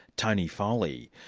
tony foley.